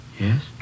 Yes